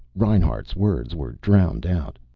reinhart's words were drowned out.